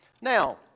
Now